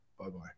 Bye-bye